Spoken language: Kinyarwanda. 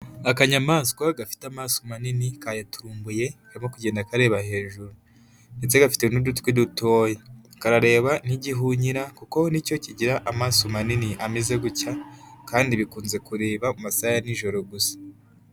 Akanyamaswa gafite amasoso manini kayaturumbuye karimo kugenda kareba hejuru ndetse gafite n'udutwi dutoya, karareba nk'igihunyira kuko nicyo kigira amaso manini ameze gutya kandi bikunze kureba mu masaha ya n'ijoro gusa.